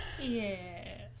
Yes